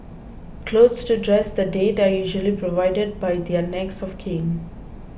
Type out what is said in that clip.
clothes to dress the dead are usually provided by their next of kin